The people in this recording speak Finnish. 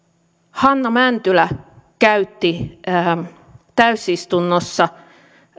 hanna mäntylä käytti täysistunnossa